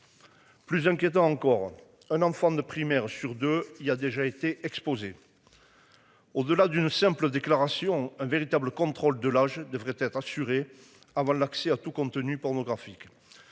Plus inquiétant encore, un enfant de primaire sur deux il y a déjà été exposé. Au-delà d'une simple déclaration un véritable contrôle de âge devrait être assuré avant l'accès à tout, compte tenu pornographique.